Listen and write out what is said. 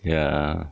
ya